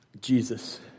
Jesus